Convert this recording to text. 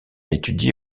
étudié